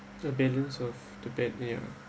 the balance of the bad ya